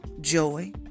joy